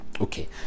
Okay